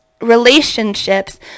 relationships